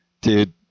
Dude